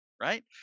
right